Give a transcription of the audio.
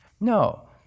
No